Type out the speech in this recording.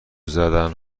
زدن